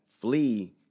Flee